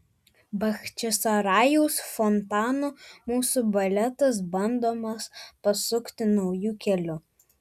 bachčisarajaus fontanu mūsų baletas bandomas pasukti nauju keliu